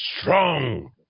strong